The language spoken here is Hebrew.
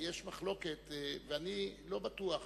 יש מחלוקת, ואני לא בטוח